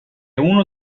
uno